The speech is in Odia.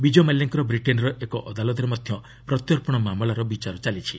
ବିଜୟ ମାଲ୍ୟାଙ୍କର ବ୍ରିଟେନ୍ର ଏକ ଅଦାଲତରେ ମଧ୍ୟ ପ୍ରତ୍ୟର୍ପଣ ମାମଲାର ବିଚାର ଚାଲିଛି